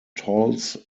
tolls